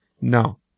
No